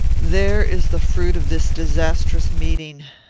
there is the fruit of this disastrous meeting.